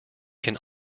can